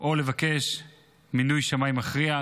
או לבקש מינוי שמאי מכריע.